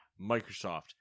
Microsoft